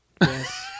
Yes